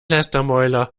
lästermäuler